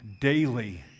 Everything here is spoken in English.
daily